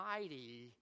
mighty